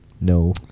No